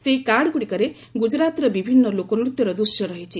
ସେହି କାର୍ଡ଼ଗୁଡ଼ିକରେ ଗୁଜରାତ୍ର ବିଭିନ୍ନ ଲୋକନୃତ୍ୟର ଦୃଶ୍ୟ ରହିଛି